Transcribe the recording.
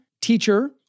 teacher